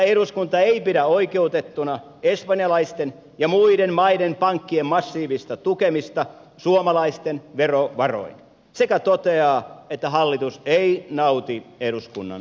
eduskunta ei pidä oikeutettuna espanjalaisten ja muiden maiden pankkien massiivista tukemista suomalaisten verovaroin ja toteaa että hallitus ei nauti eduskunnan luottamusta